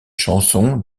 chansons